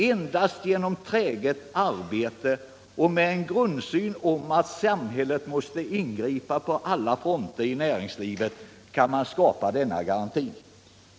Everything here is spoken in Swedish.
Endast genom träget arbete och med grundsynen att samhället måste ingripa på alla fronter i näringslivet kan man skapa denna garanti.